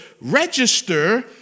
register